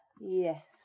Yes